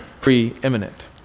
preeminent